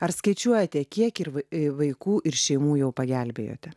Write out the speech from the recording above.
ar skaičiuojate kiek ir v vaikų ir šeimų jau pagelbėjote